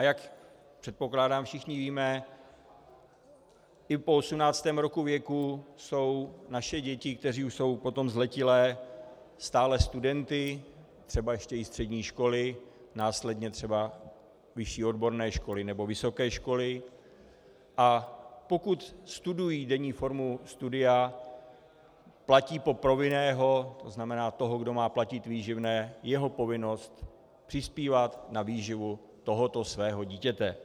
Jak, předpokládám, všichni víme, i po 18. roku věku jsou naše děti, které už jsou potom zletilé, stále studenty, třeba ještě i střední školy, následně třeba vyšší odborné školy a vysoké školy, a pokud studují denní formu studia, platí pro povinného, tzn. toho, kdo má platit výživné, povinnost přispívat na výživu tohoto svého dítěte.